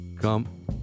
Come